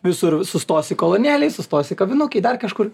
visur sustosi kolonėlėj sustosi kavinukėj dar kažkur